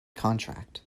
contract